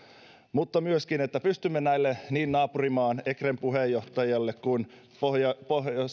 mutta myöskin että pystymme näille niin naapurimaan ekren puheenjohtajalle kuin